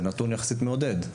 זהו נתון מעודד, יחסית.